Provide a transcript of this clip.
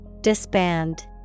Disband